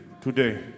today